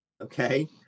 Okay